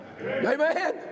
Amen